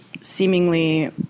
seemingly